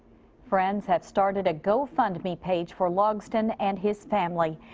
friends have started a go fund me page for logsdon and his family.